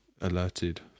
alerted